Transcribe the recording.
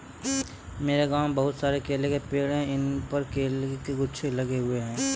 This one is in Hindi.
मेरे गांव में बहुत सारे केले के पेड़ हैं इन पर केले के गुच्छे लगे हुए हैं